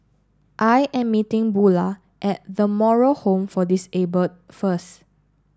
I am meeting Bulah at The Moral Home for Disabled first